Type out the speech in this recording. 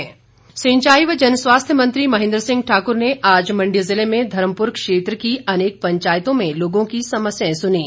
महेन्द्र सिंह सिंचाई व जनस्वास्थ्य मंत्री महेन्द्र सिंह ठाकुर ने आज मण्डी जिले में धर्मपुर क्षेत्र की अनेक पंचायतों में लोगों की समस्याएं सुनीं